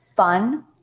fun